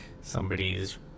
somebody's